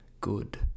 good